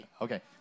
Okay